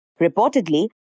Reportedly